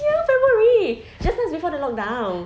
this year february just nice before the lockdown